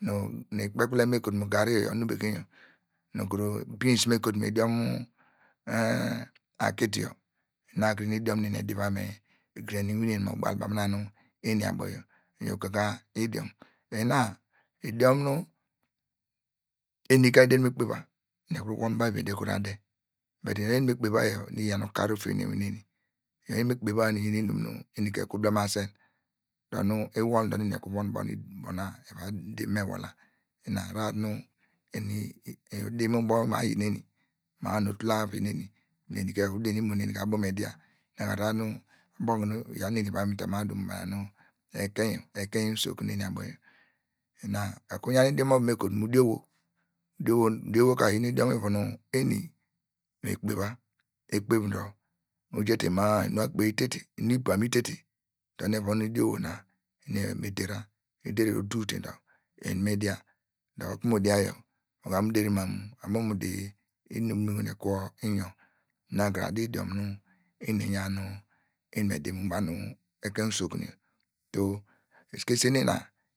Nu ikpe kpelem nu mi otu nu garri enu bekeny nu kuru beans me kotu mu idiom akidi yor ina kire iyin idiom nu eni edi va me genene inwin neni mu ogba banu bana nu eni abo yor iyo ugaga idiom ina idiom nu eni ka ederi me kpeva eni ekuru ta mu ba vivi edeta de bedi iyor nu eni me kpeva yor nu iyan ukor ofiekire mu inwin neni iyor me kpeva nu iyin inum nu eni ka ekum belemasen dor nu iwol der eni ekuru von ubo idun nu ubo na eva me udla ina ahrar nu eni edi mu ubo inio ayin neni ma- a dor otul te avi neni eni ka ekuru din imo reni ya me dia ina ahrar nu abo okunu iyaw nu ivi baw mita mu adu nu ma- a nu ekeinyo ekein usokunu nu eni abo yor ina ekuru yan idiom ovu nu eni me kotu mu udurowo udurowo udurowo ka oyin idiom ivu nu eni me kpeva ekpey dor no oja te ma- a inu akpe itetey mu ibam itetey dor nu evon nu idiom owo na me dera eder oduw te dor eni me dia okunu eni me dia oyor ovam mu deri nam mu dor abo okunu mu deri di inum nu ni wane kwo inyor ina kre adu idiom nu eni eyan nu em me di mu banu ekein usokunu yor esikese nu ina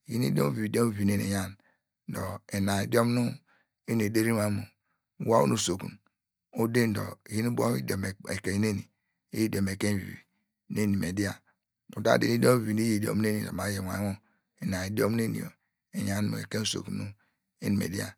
iyin idiom vivi idiom vivi nu eni eyan dor ina idiom nu eni ederi mam nu udor onu usokunu udi dor iyin ubo idiom ekein neni iyi idiom ekein vivi nu eni me dia uta di te idiom vivi nu iyi idiom neni dor iyor inwayi wor ina idiom neni eyan nu ekein usokunu nu eni me dia